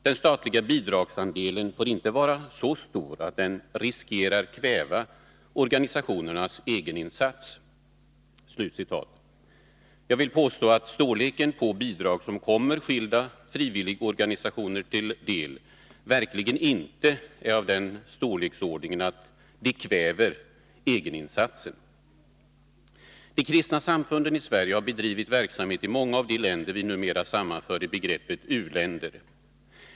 Den statliga bidragsandelen får inte vara så stor att den riskerar kväva organisationernas egeninsats.” Jag vill påstå att de bidrag som kommer skilda frivilligorganisationer till del verkligen inte är av den storleksordningen att de kväver egeninsatsen. De kristna samfunden i Sverige har bedrivit verksamhet i många av de länder vi numera sammanför i begreppet u-länder.